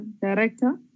Director